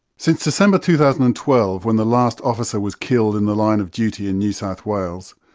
since december two thousand and twelve when the last officer was killed in the line of duty in new south wales,